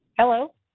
Hello